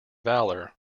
valour